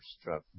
struck